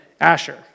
Asher